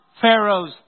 Pharaoh's